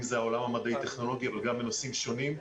אם זה העולם המדעי-טכנולוגי אבל גם בנושאים שונים,